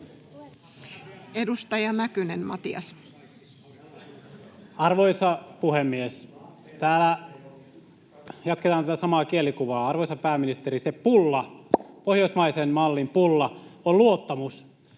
16:26 Content: Arvoisa puhemies! Jatketaan tätä samaa kielikuvaa. Arvoisa pääministeri, se pulla, pohjoismaisen mallin pulla, on luottamus,